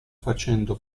facendo